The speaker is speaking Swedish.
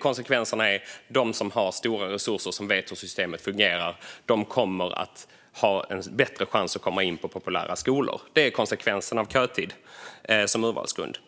Konsekvenserna är att de som har stora resurser och som vet hur systemet fungerar kommer att ha en bättre chans att komma in på populära skolor. Det är konsekvensen av kötid som urvalsgrund.